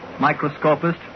Microscopist